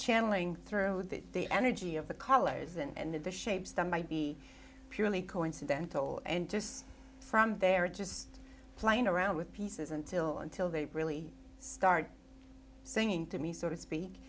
channeling through the energy of the colors and the shapes that might be purely coincidental and just from there just playing around with pieces until until they really start singing to me so to